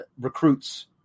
recruits